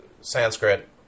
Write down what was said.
Sanskrit